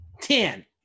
ten